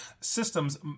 Systems